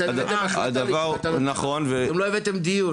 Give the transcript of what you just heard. אתם הבאתם החלטה, אתם לא הבאתם דיון.